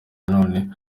none